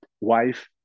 wife